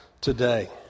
today